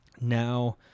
now